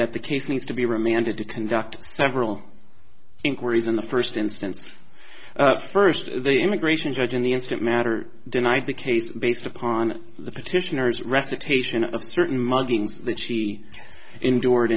that the case needs to be remanded to conduct several inquiries in the first instance first the immigration judge and the instant matter denied the case based upon the petitioners recitation of certain muggings that she endured